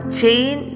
Chain